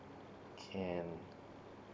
can